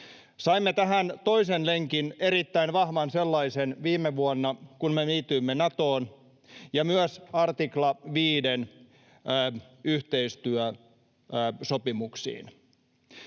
Saimme tähän toisen lenkin, erittäin vahvan sellaisen, viime vuonna, kun me liityimme Natoon ja myös artikla 5:n yhteistyösopimuksiin.